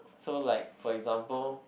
so like for example